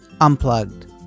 unplugged